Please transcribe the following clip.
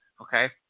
Okay